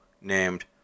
named